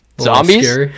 zombies